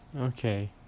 Okay